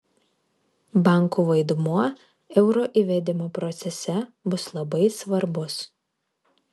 bankų vaidmuo euro įvedimo procese bus labai svarbus